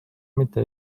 mitte